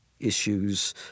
issues